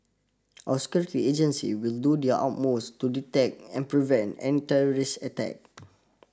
our security agency will do their utmost to detect and prevent any terrorist attack